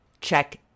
check